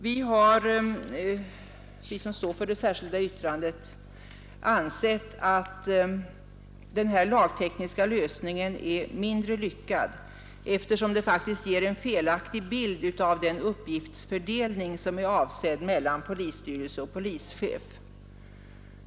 Vi som står för det särskilda yttrandet har ansett att den här lagtekniska lösningen är mindre lyckad, eftersom den faktiskt ger en felaktig bild av den tänkta uppgiftsfördelningen mellan polisstyrelse och polischef.